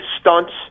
stunts